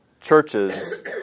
churches